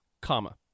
comma